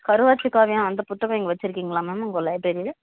கருவாச்சி காவியம் அந்த புத்தகம் இங்கே வச்சுருக்கீங்களா மேம் உங்கள் லைப்ரரியில